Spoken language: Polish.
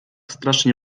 strasznie